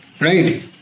right